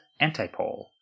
Antipole